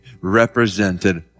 represented